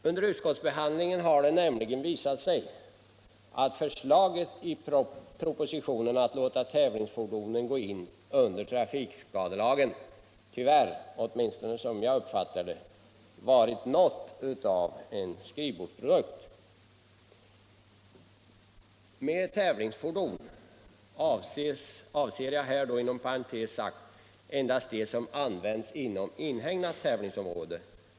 Under utskottsbehandlingen har det nämligen visat sig att förslaget i propositionen att låta tävlingsfordonen gå in under trafikskadelagen tyvärr — åtminstone som jag uppfattar det — varit något av en skrivbordsprodukt. Med tävlingsfordon avser jag inom parentes sagt endast fordon som används inom inhägnat tävlingsområde.